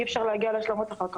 אי-אפשר להגיע להשלמות אחר כך.